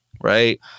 Right